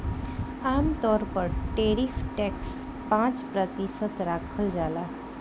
आमतौर पर tariff tax पाँच प्रतिशत राखल जाला